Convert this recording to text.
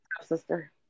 sister